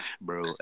bro